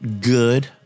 good